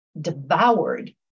devoured